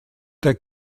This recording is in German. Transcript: der